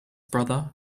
brother